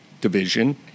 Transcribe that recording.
division